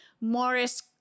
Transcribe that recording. Morris